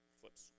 Flips